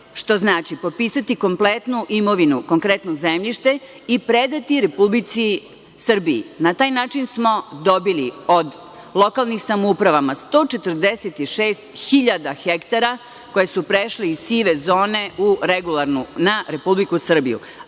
što znači – popisati kompletnu imovinu, konkretno zemljište i predati Republici Srbiji. Na taj način smo dobili od lokalnih samouprava 146.000 hektara koji su prešli iz sive zone u regularnu na Republiku Srbiju.